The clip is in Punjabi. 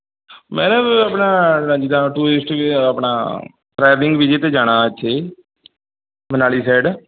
ਮੈਂ ਨਾ ਆਪਣਾ ਜਿੱਦਾਂ ਟੂਰਿਸਟ ਵੀਜ਼ਾ ਆਪਣਾ ਟ੍ਰੈਵਲਿੰਗ ਵੀਜ਼ੇ 'ਤੇ ਜਾਣਾ ਹੈ ਮਨਾਲੀ ਸਾਈਡ